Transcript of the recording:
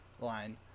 line